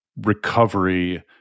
recovery